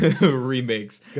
remakes